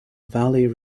valley